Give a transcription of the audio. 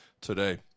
today